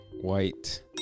White